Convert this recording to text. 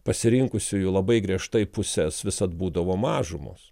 pasirinkusiųjų labai griežtai puses visad būdavo mažumos